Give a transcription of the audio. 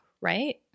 right